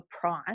price